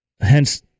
hence